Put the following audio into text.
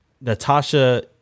natasha